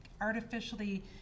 artificially